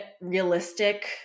realistic